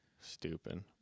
Stupid